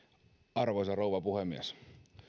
arvoisa rouva puhemies